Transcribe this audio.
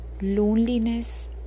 loneliness